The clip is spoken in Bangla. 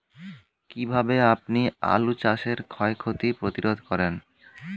কীভাবে আপনি আলু চাষের ক্ষয় ক্ষতি প্রতিরোধ করেন?